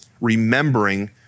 remembering